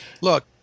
Look